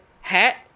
hat